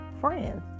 friends